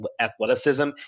athleticism